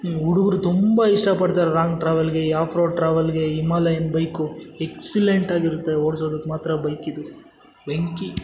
ಹ್ಞೂ ಹುಡುಗ್ರು ತುಂಬ ಇಷ್ಟಪಡ್ತರೆ ರಾಂಗ್ ಟ್ರಾವೆಲ್ಗೆ ಈ ಆಫ್ ರೋಡ್ ಟ್ರಾವಲ್ಗೆ ಈ ಇಮಾಲಯನ್ ಬೈಕು ಎಕ್ಸಲೆಂಟ್ ಆಗಿರುತ್ತೆ ಓಡ್ಸೋದಕ್ಕೆ ಮಾತ್ರ ಬೈಕಿದು ಬೆಂಕಿ